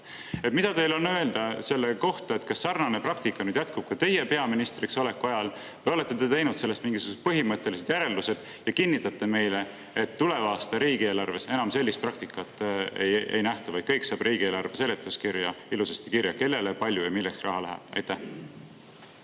Mida teil on öelda selle kohta – kas sarnane praktika jätkub ka teie peaministriks oleku ajal? Või olete teinud sellest mingisugused põhimõttelised järeldused ja kinnitate meile, et tuleva aasta riigieelarves enam sellist praktikat ei nähta, vaid kõik saab riigieelarve seletuskirja ilusasti kirja: kellele, palju ja milleks raha läheb? Aitäh,